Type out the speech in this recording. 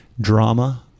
drama